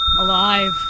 Alive